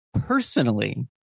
personally